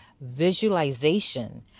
visualization